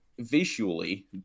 visually